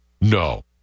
No